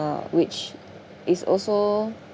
uh which is also